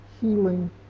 healing